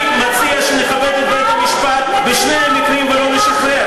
אני מציע שנכבד את בית-המשפט בשני המקרים ולא נשחרר.